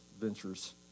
ventures